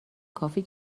کافی